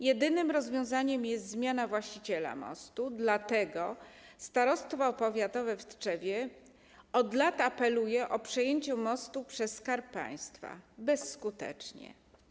Jedynym rozwiązaniem jest zmiana właściciela mostu, dlatego starostwo powiatowe w Tczewie od lat apeluje o przejęcie mostu przez Skarb Państwa - bezskutecznie.